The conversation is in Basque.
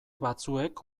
batzuek